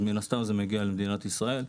אז מן הסתם זה מגיע למדינת ישראל.